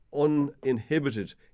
uninhibited